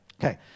Okay